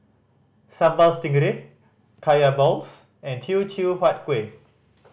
Sambal Stingray Kaya balls and Teochew Huat Kueh